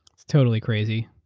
it's totally crazy.